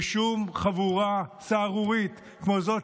ושום חבורה סהרורית כמו זאת,